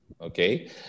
Okay